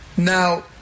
Now